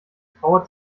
trauer